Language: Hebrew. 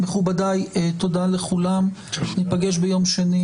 מכובדיי, תודה לכולם, ניפגש ביום שני